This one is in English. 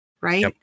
Right